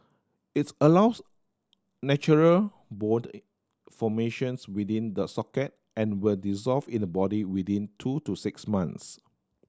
its allows natural bone formations within the socket and will dissolve in the body within two to six months